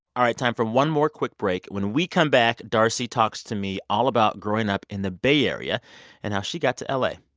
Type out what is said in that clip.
all right, time for one more quick break. when we come back, d'arcy talks to me all about growing up in the bay area and how she got to la.